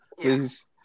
Please